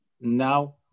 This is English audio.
Now